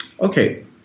Okay